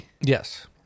Yes